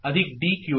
Qn' D"